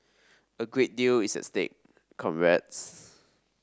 a great deal is at stake comrades